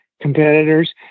competitors